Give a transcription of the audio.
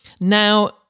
Now